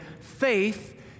faith